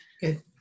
Good